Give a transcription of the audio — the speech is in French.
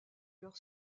leur